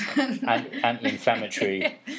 anti-inflammatory